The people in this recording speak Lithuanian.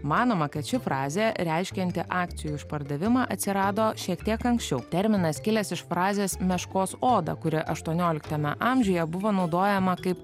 manoma kad ši frazė reiškianti akcijų išpardavimą atsirado šiek tiek anksčiau terminas kilęs iš frazės meškos oda kuri aštuonioliktame amžiuje buvo naudojama kaip